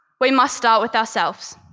we must start with ourselves.